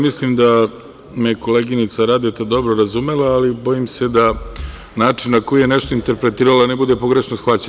Mislim da me je koleginica Radeta dobro razumela, ali bojim se da način na koji je nešto interpretirala da ne bude pogrešno shvaćen.